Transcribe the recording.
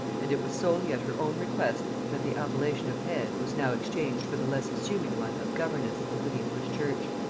and it was solely at her own request that the appellation of head, was now exchanged for the less assuming one of governess, of the english church.